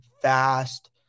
fast